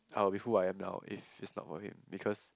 I will be who I am now if is not for him because